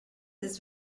this